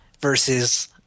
versus